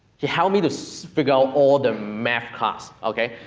he helped me to so figure out all the math class, ok.